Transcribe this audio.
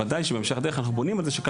בוודאי שבהמשך הדרך אנחנו בונים על זה שזה